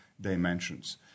dimensions